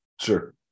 Sure